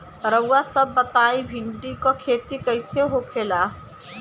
रउआ सभ बताई भिंडी क खेती कईसे होखेला?